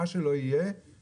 מה שלא יהיה,